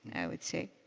i would say.